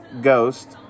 ghost